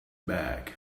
bag